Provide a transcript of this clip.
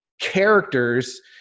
characters